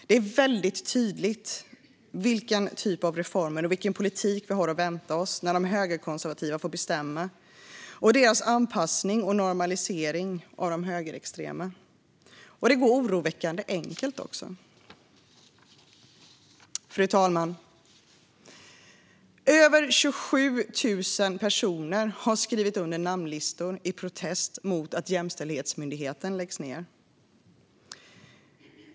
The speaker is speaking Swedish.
Det är väldigt tydligt vilken typ av reformer och vilken politik vi har att vänta oss när de högerkonservativa får bestämma och anpassar sig till och normaliserar de högerextrema. Det går oroväckande enkelt också. Fru talman! Över 27 000 personer har skrivit under namnlistor i protest mot att Jämställdhetsmyndigheten läggs ned.